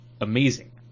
amazing